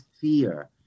fear